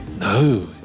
No